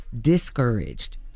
discouraged